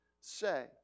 say